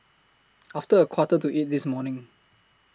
after A Quarter to eight This morning